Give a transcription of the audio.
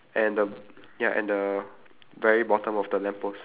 there's a lighter grey shape as the light